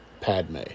Padme